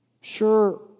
Sure